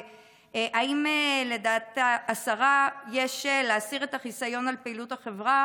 האם לדעת השרה יש להסיר את החיסיון על פעילות החברה